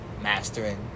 mastering